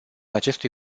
acestui